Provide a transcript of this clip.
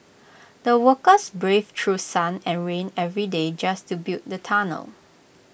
the workers braved through sun and rain every day just to build the tunnel